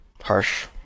Harsh